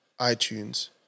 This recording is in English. iTunes